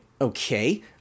okay